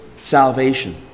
salvation